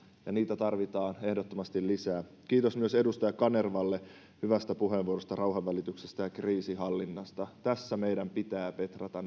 ja niitä tarvitaan ehdottomasti lisää kiitos myös edustaja kanervalle hyvästä puheenvuorosta rauhanvälityksestä ja kriisinhallinnasta näillä sektoreilla meidän pitää petrata